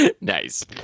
Nice